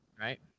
right